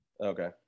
okay